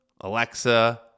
Alexa